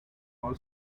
all